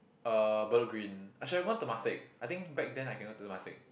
uh Bedok Green I should have gone Temasek I think back then I can get into Temasek